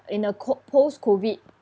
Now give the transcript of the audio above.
in a co~ post COVID